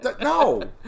no